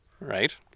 right